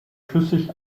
flüssig